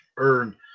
earn